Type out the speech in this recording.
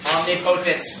Omnipotent